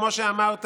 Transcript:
בושה.